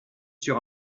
sur